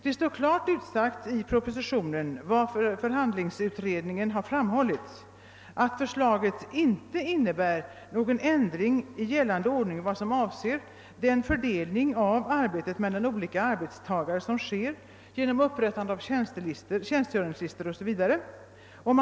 Det står klart utsagt i propositionen vad förhandlingsutredningen har framhållit, att förslaget inte innebär någon ändring i gällande ordning avseende den fördelning av arbetet mellan olika arbetstagare som sker genom upprättande av tjänstgöringslistor eller dylikt.